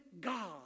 God